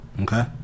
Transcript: Okay